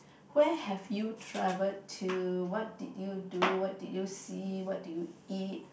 where have you traveled to what did you do what did you see what did you eat